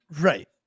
Right